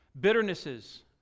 Bitternesses